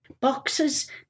boxes